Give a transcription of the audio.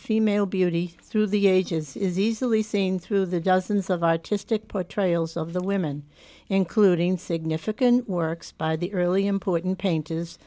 female beauty through the ages is easily seen through the dozens of artistic portrayals of the women including significant works by the early important paint